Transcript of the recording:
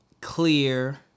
clear